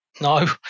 no